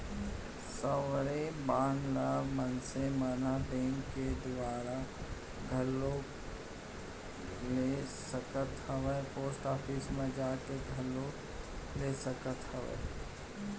sovereign bond ल मनसे मन ह बेंक के दुवारा घलोक ले सकत हावय पोस्ट ऑफिस म जाके घलोक ले सकत हावय